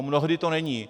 Mnohdy to není.